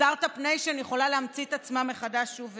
סטרטאפ ניישן יכולה להמציא את עצמה מחדש שוב ושוב.